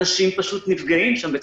אנשים פשוט נפגעים שם.